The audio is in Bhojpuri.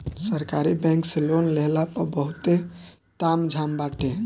सरकारी बैंक से लोन लेहला पअ बहुते ताम झाम बाटे